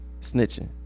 Snitching